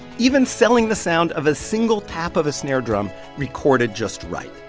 even selling the sound of a single tap of a snare drum recorded just right.